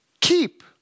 keep